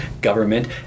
government